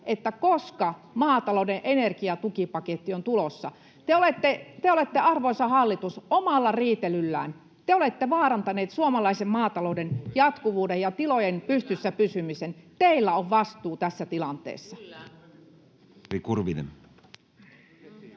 kysyä, koska maatalouden energiatukipaketti on tulossa. Te olette, arvoisa hallitus, omalla riitelyllänne vaarantaneet suomalaisen maatalouden jatkuvuuden ja tilojen pystyssä pysymisen. Teillä on vastuu tässä tilanteessa.